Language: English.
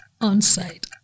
On-site